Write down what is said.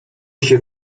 się